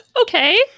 okay